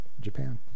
Japan